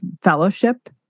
Fellowship